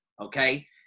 okay